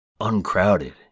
uncrowded